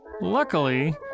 Luckily